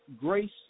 grace